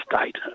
state